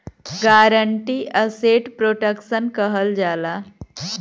guarantee asset protection कहल जाला